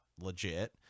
legit